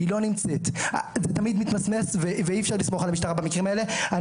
זה תמיד מתמסמס ואי אפשר לסמוך על המשטרה בדברים האלה.